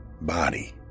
body